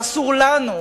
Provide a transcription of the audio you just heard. ואסור לנו,